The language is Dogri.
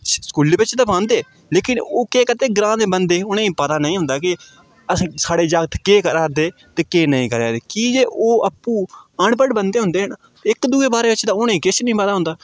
अच्छे स्कूलै बिच ते पांदे लेकिन ओह् केह् करदे ग्रांऽ दे बंदे ई उ'नें ई पता नेईं होंदा के असें साढ़े जागत् केह् करा दे केह् नेईं करा दे की जे ओह् आपूं अनपढ़ बंदे होंदे न इक दूऐ बारे च ते उ'नें ई किश निं पता होंदा